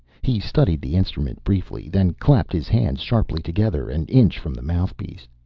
he studied the instrument briefly, then clapped his hands sharply together an inch from the mouthpiece.